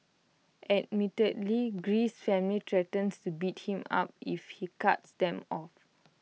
admittedly Greece's family threatens to beat him up if he cuts them off